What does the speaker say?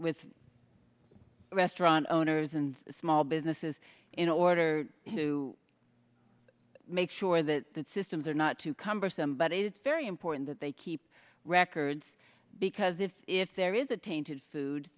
with restaurant owners and small businesses in order to make sure that the systems are not too cumbersome but it is very important that they keep records because if if there is a tainted food